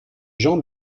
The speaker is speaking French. jean